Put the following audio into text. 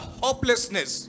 hopelessness